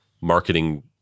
marketing